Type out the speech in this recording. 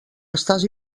estàs